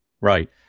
right